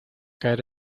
caer